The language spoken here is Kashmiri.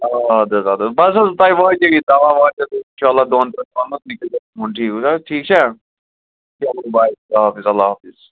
اَدٕ حظ اَدٕ حظ بَس حظ تۄہہِ واتٮ۪و یہِ دوا واتٮ۪و تۄہہِ اِشاءاللہ دۄن ترٛٮ۪ن دۅہن تام ٹھیٖک چھا چلو باے اللہ حافِظ اللہ حافِظ